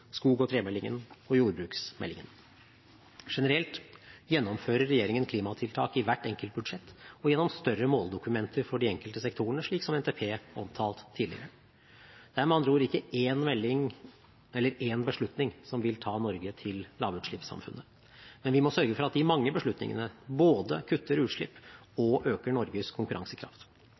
skog- og tremeldingen og jordbruksmeldingen. Generelt gjennomfører regjeringen klimatiltak i hvert enkelt budsjett og gjennom større måldokumenter for de enkelte sektorene, slik som NTP, omtalt tidligere. Det er med andre ord ikke én melding, eller én beslutning, som vil ta Norge til lavutslippssamfunnet. Men vi må sørge for at de mange beslutningene både kutter utslipp og øker Norges konkurransekraft.